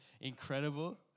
incredible